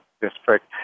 district